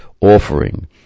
offering